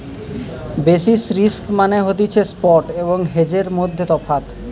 basis risk মানে হতিছে spot এবং হেজের মধ্যে তফাৎ